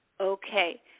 Okay